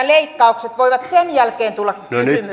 leikkaukset voivat tulla kysymykseen